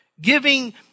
giving